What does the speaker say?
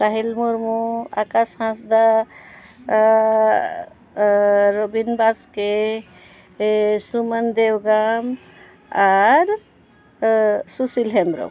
ᱥᱟᱦᱤᱞ ᱢᱩᱨᱢᱩ ᱟᱠᱟᱥ ᱦᱟᱸᱥᱫᱟ ᱨᱚᱵᱤᱱ ᱵᱟᱥᱠᱮ ᱥᱩᱢᱟᱱ ᱫᱮᱣᱜᱟᱢ ᱟᱨ ᱥᱩᱥᱤᱞ ᱦᱮᱢᱵᱨᱚᱢ